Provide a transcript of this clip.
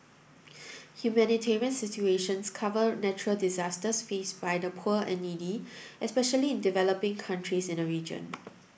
humanitarian situations cover natural disasters faced by the poor and needy especially in developing countries in the region